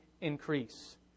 increase